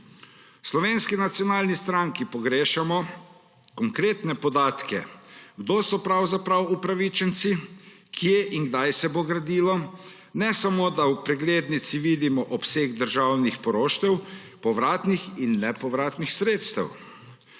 Slovenski nacionalni stranki pogrešamo konkretne podatke, kdo so pravzaprav upravičenci, kje in kdaj se bo gradilo. V preglednici vidimo samo obseg državnih poroštev, povratnih in nepovratnih sredstev.